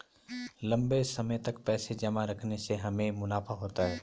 लंबे समय तक पैसे जमा रखने से हमें मुनाफा होता है